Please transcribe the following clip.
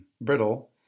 brittle